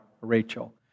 Rachel